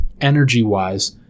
energy-wise